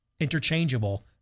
interchangeable